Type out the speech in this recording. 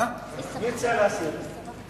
ההצעה לכלול את הנושא בסדר-היום של הכנסת נתקבלה.